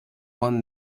won